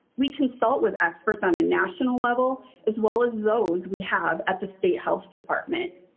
we consult with experts on a national level, as well as those we have at the state health department.